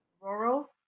Rural